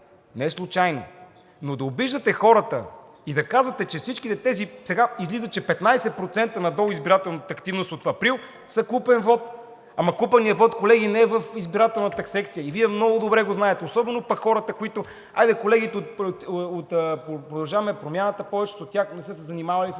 Не е случайно. Но да обиждате хората и да казвате, че всички тези… Сега излиза, че 15% надолу избирателната активност от април са купен вот! Ама купеният вот, колеги, не е в избирателната секция и Вие много добре го знаете, особено пък хората, които… Хайде колегите от „Продължаваме Промяната“ – повечето от тях не са се занимавали с